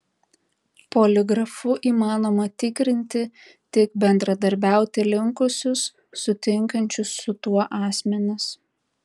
poligrafu įmanoma tikrinti tik bendradarbiauti linkusius sutinkančius su tuo asmenis